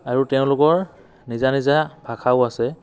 আৰু তেওঁলোকৰ নিজা নিজা ভাষাও আছে